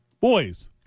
Boys